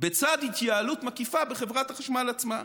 בצד התייעלות מקיפה בחברת החשמל עצמה.